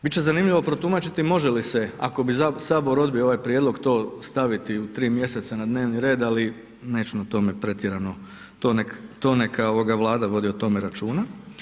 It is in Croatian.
Biti će zanimljivo protumačiti može li se ako bi Sabor odbio ovaj prijedlog to stavit u 3 mjeseca na dnevni red ali neću o tome pretjerano, to neka Vlada vodi o tome računa.